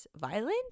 violent